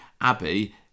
Abby